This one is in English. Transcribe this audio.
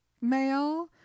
mail